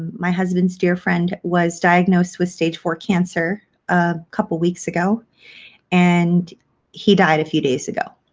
my husband's dear friend was diagnosed with stage four cancer a couple weeks ago and he died a few days ago.